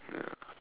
ya